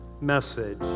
message